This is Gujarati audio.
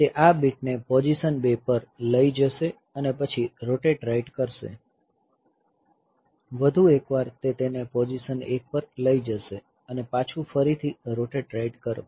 તે આ બીટને પોઝિશન 2 પર લઈ જશે પછી રોટેટ રાઈટ કરશે વધુ એકવાર તે તેને પોઝિશન 1 પર લઈ જશે અને પછી ફરીથી રોટેટ રાઈટ કરો